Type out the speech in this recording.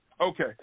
Okay